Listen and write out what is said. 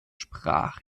sprach